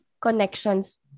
connections